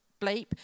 bleep